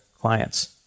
clients